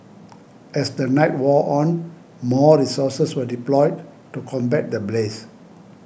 as the night wore on more resources were deployed to combat the blaze